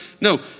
No